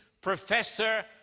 professor